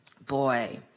boy